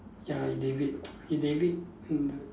ya David David mm